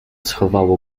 schowało